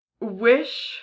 wish